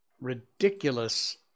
ridiculous